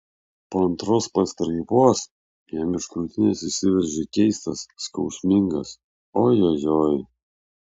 po antros pastraipos jam iš krūtinės išsiveržė keistas skausmingas ojojoi